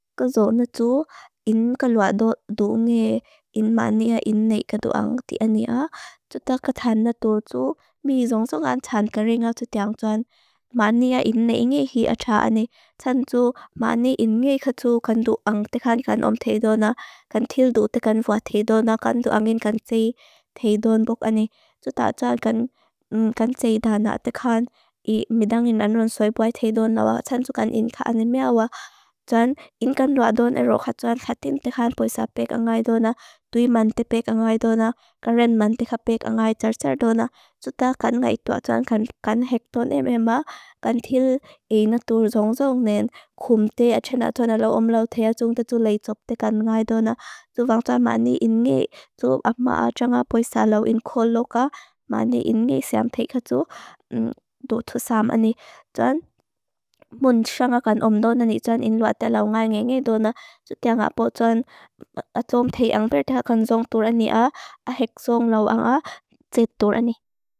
Ka zo na tu in kalua du du nge in mania in nei ka du ang tia ni a. Tuta ka tan na tu tu mi jong songan tsan ka renga tuta yang tsoan mania in nei nge hi a tsa a ne. Tsan tu mania in nei ka tu kan du ang te kan kan om te do na. Kan til du te kan fa te do na. Kan du angin kan tsey te do nbok a ne. Tuta tsa kan tsey ta na te kan i midangin anon soy boi te do na wa. Tsa tsu kan in ka anin mia wa. Tsoan in kan du a do nero kha tsoan khatin te khan boisa pek a ngai do na. Tui man te pek a ngai do na. Karen man te kha pek a ngai tsar tsar do na. Tuta kan nga i tua tsoan kan hek ton e me ma. Kan til ei na tur zong zong nen. Kum te a tse na tsoan ala om lau te a zung ta tsu lai tsop te kan ngai do na. Tso vang tsa mania in nei. Tso ap ma a tsa nga boisa lau in koloka. Mania in nei seam te kha tsu. Tsoan mun tsa nga kan om do na ni tsoan in luat te lau ngai ngei do na. Tuta nga boi tsoan a tsom te ang per te ha kan zong tura ni a. A hek zong lau ang a tse tura ni.